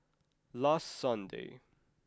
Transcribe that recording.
last sunday